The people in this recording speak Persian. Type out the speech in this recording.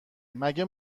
مگه